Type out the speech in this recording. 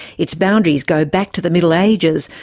its boundaries go back to the middle ages,